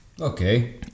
Okay